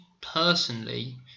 personally